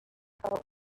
felt